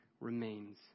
remains